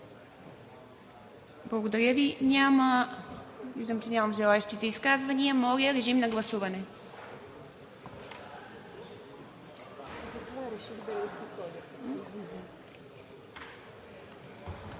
Благодаря Ви. Виждам, че няма желаещи за изказвания. Моля, режим на гласуване.